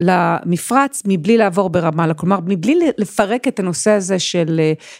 למפרץ מבלי לעבור ברמלה. כלומר, מבלי לפרק את הנושא הזה